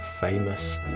famous